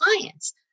clients